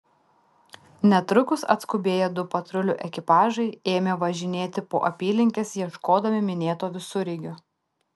netrukus atskubėję du patrulių ekipažai ėmė važinėti po apylinkes ieškodami minėto visureigio